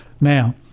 Now